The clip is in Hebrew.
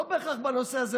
לא בהכרח בנושא הזה,